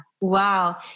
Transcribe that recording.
Wow